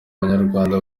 banyarwanda